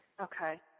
Okay